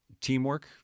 teamwork